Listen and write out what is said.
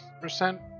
percent